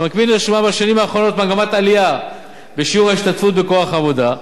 ובמקביל נרשמה בשנים האחרונות מגמת עלייה בשיעור ההשתתפות בכוח העבודה.